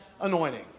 anointing